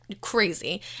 Crazy